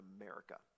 America